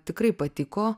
tikrai patiko